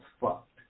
fucked